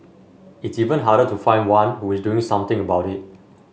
it's even harder to find one who is doing something about it